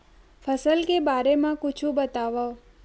फसल के बारे मा कुछु बतावव